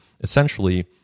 essentially